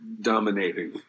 dominating